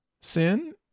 Sin